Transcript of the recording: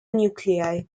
nuclei